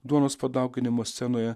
duonos padauginimo scenoje